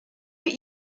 but